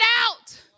out